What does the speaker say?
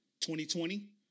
2020